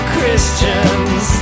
Christians